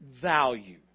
value